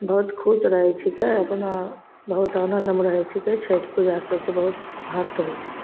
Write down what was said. बहुत खुश रहै छिकै अपना बहुत आनन्दमे रहै छिकै छठि पूजा ई सबसे बहुत महत्व होइ छै